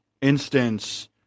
instance